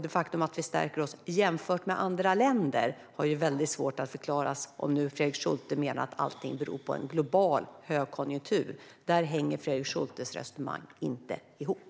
Det faktum att Sverige stärkts jämfört med andra länder är svårt att förklara om Fredrik Schulte menar att allt beror på en global högkonjunktur. Där hänger Fredrik Schultes resonemang inte ihop.